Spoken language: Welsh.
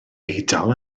eidal